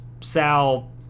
Sal